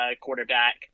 quarterback